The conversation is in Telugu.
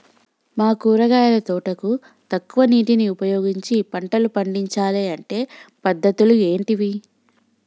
మా కూరగాయల తోటకు తక్కువ నీటిని ఉపయోగించి పంటలు పండించాలే అంటే పద్ధతులు ఏంటివి?